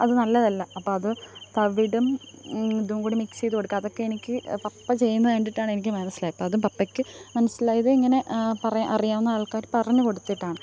അത് നല്ലതല്ല അപ്പം അത് തവിടും ഇതും കൂടി മിക്സ് ചെയ്തു കൊടുക്കുക അതൊക്കെ എനിക്ക് പപ്പ ചെയ്യുന്നത് കണ്ടിട്ടാണ് എനിക്ക് മനസ്സിലായത് അപ്പം അതും പപ്പക്ക് മനസ്സിലായത് ഇങ്ങനെ അറിയാവുന്ന ആൾക്കാർ പറഞ്ഞു കൊടുത്തിട്ടാണ്